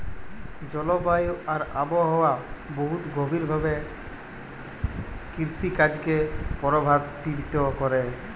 জলবায়ু আর আবহাওয়া বহুত গভীর ভাবে কিরসিকাজকে পরভাবিত ক্যরে